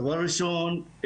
דבר ראשון,